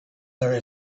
there